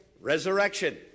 resurrection